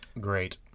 Great